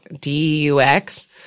D-U-X